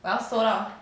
我要收了